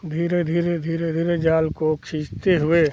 धीरे धीरे धीरे धीरे जाल को खींचते हुए